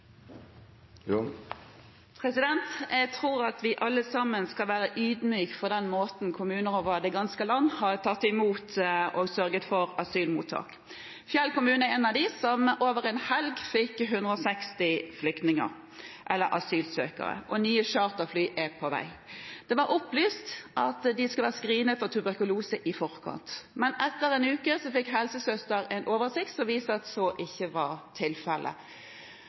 Jeg tror at vi alle skal være ydmyke overfor den måten kommuner over det ganske land har tatt imot på og sørget for asylmottak. Fjell kommune er en av de kommunene som over en helg fikk 160 flyktninger eller asylsøkere – og nye charterfly er på vei. Det ble opplyst at asylsøkerne skulle være screenet for tuberkulose i forkant, men etter en uke fikk helsesøster en oversikt som viste at så ikke var tilfellet.